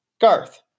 Garth